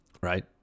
Right